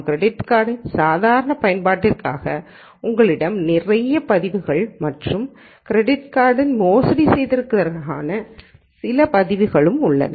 credit கார்டின் சாதாரண பயன்பாட்டிற்காக உங்களிடம் நிறைய பதிவுகள் மற்றும் கிரெடிட் கார்டை மோசடி செய்ததற்கான சில பதிவுகள் உள்ளன